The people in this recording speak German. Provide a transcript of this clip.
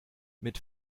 mit